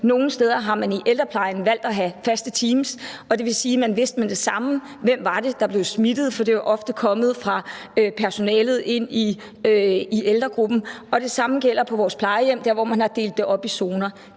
Nogle steder har man i ældreplejen valgt at have faste teams. Det vil sige, at man vidste med det samme, hvem det var, der blev smittet, for smitten var ofte kommet fra personalet ind i ældregruppen. Det samme gælder på vores plejehjem, hvor man har delt det op i zoner.